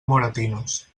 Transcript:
moratinos